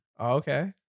okay